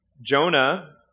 Jonah